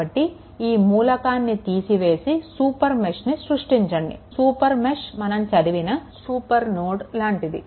కాబట్టి ఈ మూలకాన్ని తీసివేసి సూపర్ మెష్ని సృష్టించండి సూపర్ మెష్ మనం చదివిన సూపర్ నోడ్ లాగా ఉంటుంది